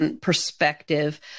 perspective